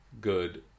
good